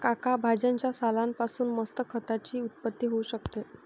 काका भाज्यांच्या सालान पासून मस्त खताची उत्पत्ती होऊ शकते